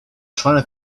trying